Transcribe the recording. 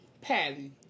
Patty